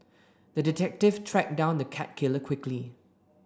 the detective tracked down the cat killer quickly